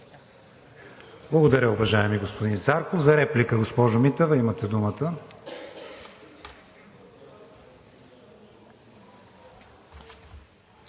Благодаря, уважаеми господин Зарков. За реплика, госпожо Митева, имате думата.